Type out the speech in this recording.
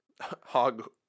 Hog